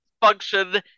function